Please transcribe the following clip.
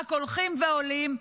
רק הולכים ועולים,